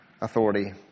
authority